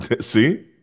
See